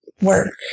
work